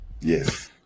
Yes